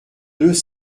deux